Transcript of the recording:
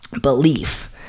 belief